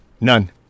None